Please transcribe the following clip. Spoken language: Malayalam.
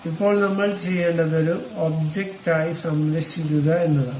ഇപ്പോൾ നമ്മൾ ചെയ്യേണ്ടത് ഇത് ഒബ്ജക്റ്റായി സംരക്ഷിക്കുക എന്നതാണ്